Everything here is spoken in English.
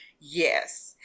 Yes